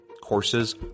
Courses